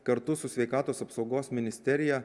kartu su sveikatos apsaugos ministerija